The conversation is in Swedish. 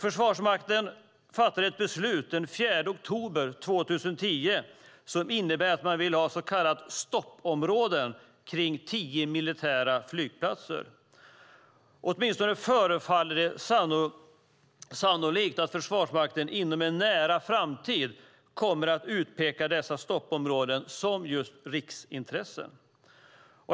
Försvarsmakten fattade ett beslut den 4 oktober 2010 som innebar att man ville ha så kallade stoppområden kring tio militära flygplatser. Åtminstone förefaller det sannolikt att Försvarsmakten inom en nära framtid kommer att utpeka dessa stoppområden som just riksintressen.